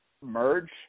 merge